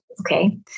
Okay